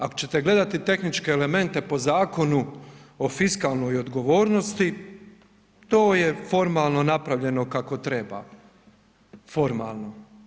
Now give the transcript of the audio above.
Ako ćete gledati tehničke elemente po Zakonu o fiskalnoj odgovornosti to je formalno napravljeno kako treba, formalno.